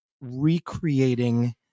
recreating